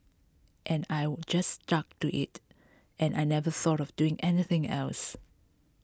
and I just stuck to it and I never thought of doing anything else